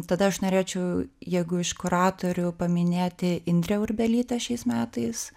tada aš norėčiau jeigu iš kuratorių paminėti indrę urbelytę šiais metais